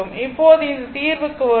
இப்போது இந்த தீர்வுக்கு வருவோம்